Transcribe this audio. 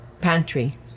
pantry